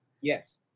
Yes